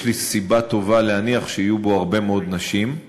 ויש לי סיבה טובה להניח, שיהיו בו הרבה מאוד נשים.